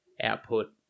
output